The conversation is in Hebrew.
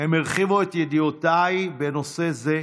הם הרחיבו את ידיעותיי בנושא זה,